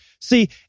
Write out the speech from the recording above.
See